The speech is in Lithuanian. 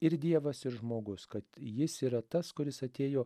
ir dievas ir žmogus kad jis yra tas kuris atėjo